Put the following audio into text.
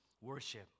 Worship